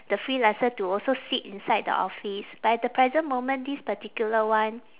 the freelancer to also sit inside the office but at the present moment this particular one